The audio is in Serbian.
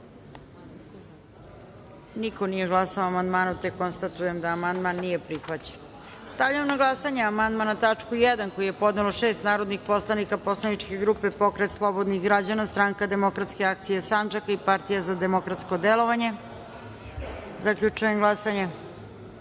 niko nije glasao za. Konstatujem da amandman nije prihvaćen. Stavljam na glasanje amandman na tačku 1. koji je podnelo šest narodnih poslanika poslaničke grupe Pokret slobodnih građana – Stranka demokratske akcije Sandžaka i Partija za demokratsko delovanje. Zaključujem glasanje: